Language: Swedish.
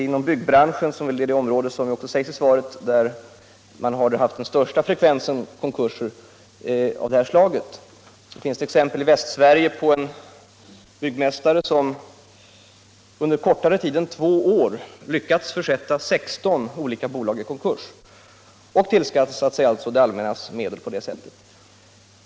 Inom byggbranschen, som är den bransch där frekvensen konkurser av det här slaget varit störst och som också nämns i svaret, finns det ett exempel från Västsverige på en byggmästare som under kortare tid än två år lyckats försätta 16 olika bolag i konkurs och tillskansa sig det allmännas medel på det sättet.